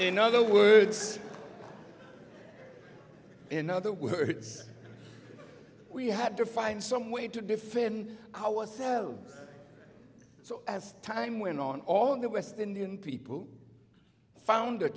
in other words in other words we have to find some way to defend ourselves so as time went on all the west indian people found a